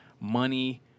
money